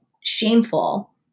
shameful